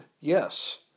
Yes